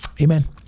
Amen